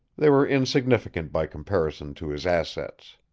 they were insignificant by comparison to his assets.